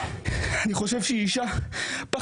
אני חושב שהיא אישה פחדנית.